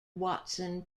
watson